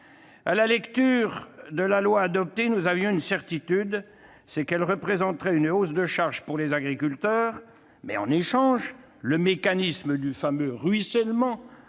À la lecture de la loi finalement adoptée, nous avions une certitude : elle représenterait une hausse de charges pour les agriculteurs. En échange, le mécanisme du ruissellement